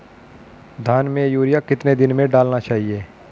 धान में यूरिया कितने दिन में डालना चाहिए?